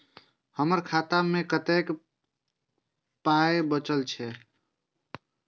हमर खाता मे कतैक पाय बचल छै